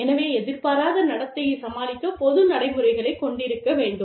எனவே எதிர்பாராத நடத்தையைச் சமாளிக்க பொது நடைமுறைகளைக் கொண்டிருக்க வேண்டும்